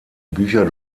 bücher